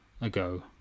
ago